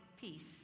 peace